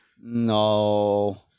No